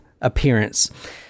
appearance